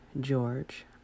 George